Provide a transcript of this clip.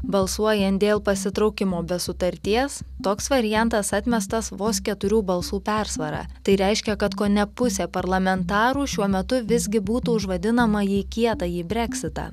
balsuojant dėl pasitraukimo be sutarties toks variantas atmestas vos keturių balsų persvara tai reiškia kad kone pusė parlamentarų šiuo metu visgi būtų už vadinamąjį kietąjį breksitą